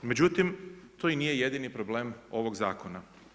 Međutim, to i nije jedini problem ovog zakona.